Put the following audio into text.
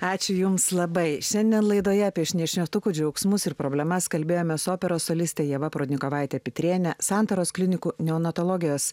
ačiū jums labai šiandien laidoje apie šešetukų džiaugsmus ir problemas kalbėjomės operos solistė ieva prudnikovaite pitrėne santaros klinikų neonatologijos